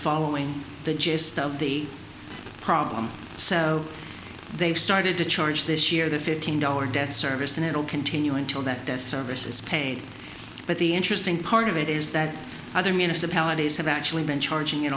following the gist of the problem so they started to charge this year the fifteen dollar debt service and it will continue until that that's services paid but the interesting part of it is that other municipalities have actually been charging it